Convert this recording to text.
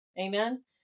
Amen